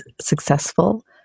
successful